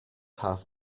half